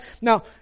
Now